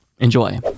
Enjoy